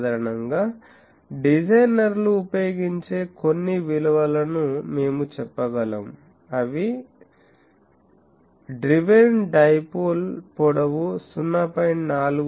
సాధారణంగా డిజైనర్లు ఉపయోగించే కొన్ని విలువలను మేము చెప్పగలం అవి డ్రివెన్ డైపోల్ పొడవు 0